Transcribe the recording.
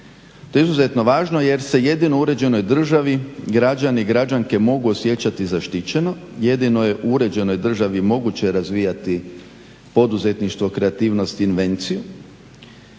To je izuzetno važno jer se jedino u uređenoj državi građani i građanke mogu osjećati zaštićeno, jedino je u uređenoj državi moguće razvijati poduzetništvo, kreativnost i invenciju.